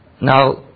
now